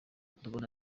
tubona